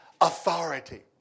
authority